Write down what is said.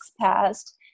passed